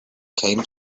came